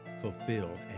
fulfilled